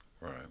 Right